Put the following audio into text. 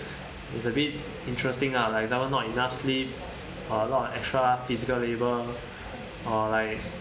it's a bit interesting lah like not enough sleep a lot of extra physical labor or like